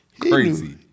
crazy